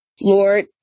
Lord